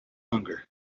hunger